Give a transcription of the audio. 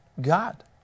God